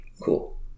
cool